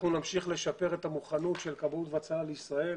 אנחנו נמשיך לשפר את המוכנות של כבאות והצלה לישראל